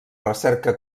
recerca